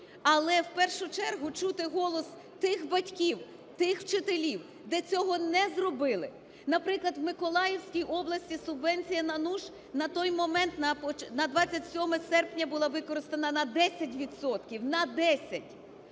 але в першу чергу чути голос тих батьків, тих вчителів, де цього не зробили. Наприклад, в Миколаївській області субвенція на "НУШ" на той момент на 27 серпня була використана на 10